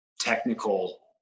technical